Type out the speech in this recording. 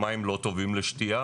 המים לא טובים לשתייה